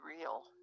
real